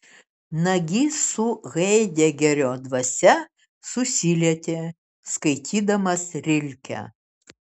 nagys su haidegerio dvasia susilietė skaitydamas rilkę